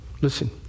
Listen